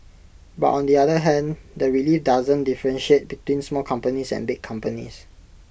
but on the other hand the relief doesn't differentiate between small companies and big companies